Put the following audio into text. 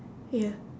ya